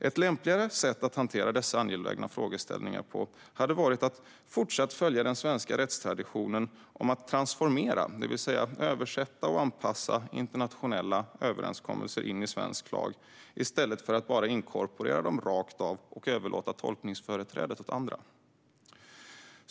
Ett lämpligare sätt att hantera dessa angelägna frågeställningar hade varit att fortsätta följa den svenska rättstraditionen att transformera, det vill säga översätta och anpassa, internationella överenskommelser i svensk lag i stället för att inkorporera dem rakt av och överlåta tolkningsföreträdet åt andra.